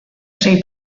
sei